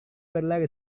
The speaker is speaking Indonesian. berlari